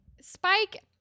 Spike